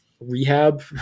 rehab